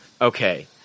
Okay